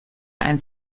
ein